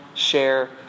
Share